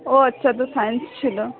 ও আচ্ছা তোর সায়েন্স ছিল